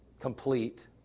Complete